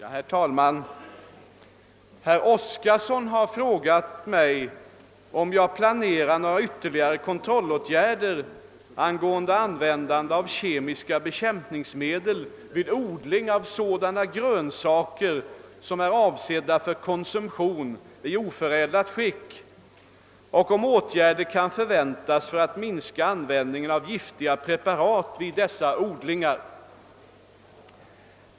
Herr talman! Herr Oskarson har frågat mig om jag planerar några ytterligare kontrollåtgärder angående använ dande av kemiska bekämpningsmedel vid odling av sådana grönsaker som är avsedda för konsumtion i oförädlat skick och om åtgärder kan förväntas för att minska användningen av giftiga preparat vid dessa odlingar.